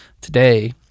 today